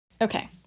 Okay